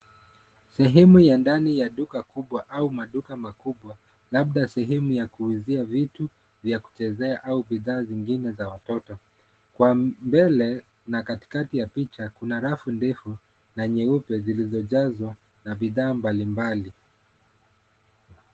Sehemu ya ndani ya duka kubwa au maduka makubwa labda sehemu ya kuuzia vitu vya kuchezea au bidhaa zingine za watoto. Kwa mbele na katikati ya picha kuna rafu ndefu na nyeupe zilizojazwa na bidhaa mbalimbali.